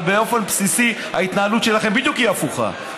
אבל באופן בסיסי ההתנהלות שלכם היא בדיוק הפוכה.